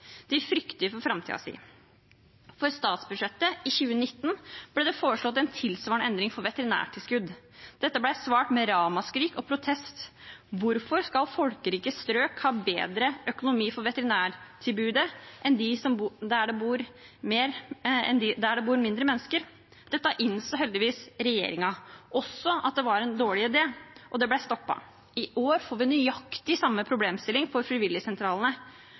hatt. De frykter for framtiden sin. For statsbudsjettet i 2019 ble det foreslått en tilsvarende endring for veterinærtilskudd. Dette ble svart på med ramaskrik og protester. Hvorfor skal folkerike strøk ha bedre økonomi for veterinærtilbudet enn strøk der det bor færre mennesker? Regjeringen innså heldigvis også at det var en dårlig idé, og det ble stoppet. I år får vi nøyaktig samme problemstilling for frivilligsentralene.